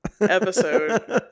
episode